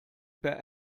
per